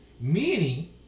Meaning